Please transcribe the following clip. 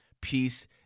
peace